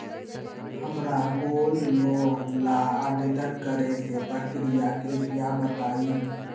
हमरा gold loan ला आवेदन करे के प्रक्रिया कृपया बताई